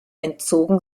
entzogen